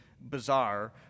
bizarre